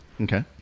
Okay